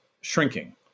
shrinking